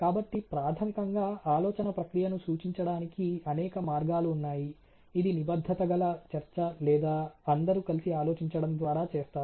కాబట్టి ప్రాథమికంగా ఆలోచన ప్రక్రియను సూచించడానికి అనేక మార్గాలు ఉన్నాయి ఇది నిబద్ధత గల చర్చ లేదా అందరు కలిసి ఆలోచించడం ద్వారా చేస్తారు